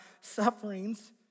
sufferings